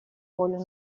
волю